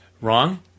Wrong